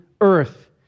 earth